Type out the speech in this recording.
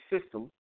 system